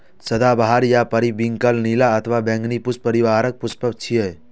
सदाबहार या पेरिविंकल नीला अथवा बैंगनी पुष्प परिवारक पुष्प छियै